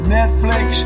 Netflix